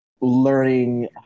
learning